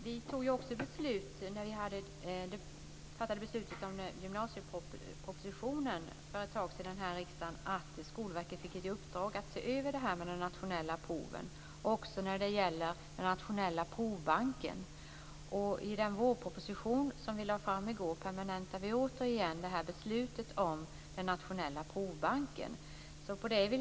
Herr talman! När vi för ett tag sedan fattade beslut om gymnasiepropositionen här i riksdagen fattade vi också beslut om att Skolverket fick i uppdrag att se över de nationella proven, också när det gäller den nationella provbanken. I den vårproposition vi lade fram i går permanentade vi återigen beslutet om den nationella provbanken.